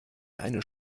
eine